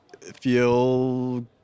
feel